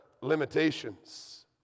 limitations